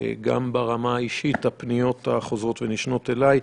גם ברמה אישית, הפניות החוזרות ונשנות אליי,